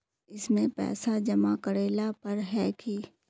इसमें पैसा जमा करेला पर है की?